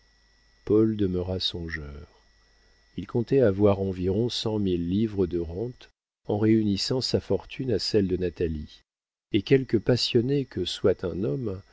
paul demeura songeur il comptait avoir environ cent mille livres de rentes en réunissant sa fortune à celle de natalie et quelque passionné que soit un homme